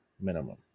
minimum